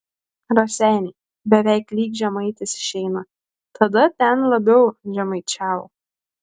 raseiniai beveik lyg žemaitis išeina tada ten labiau žemaičiavo